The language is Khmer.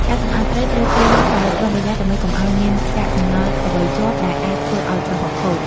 ការសម្អាតត្រីត្រូវធ្វើឡើងដោយប្រុងប្រយ័ត្នដើម្បីកុំឱ្យមានកាកសំណល់អ្វីជាប់ ដែលអាចធ្វើឱ្យប្រហុកខូច។